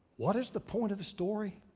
what is the point of the story?